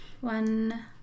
One